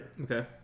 Okay